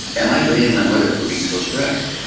am i blaming my mother for being so stressed?